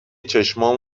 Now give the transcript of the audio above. چشمام